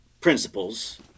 principles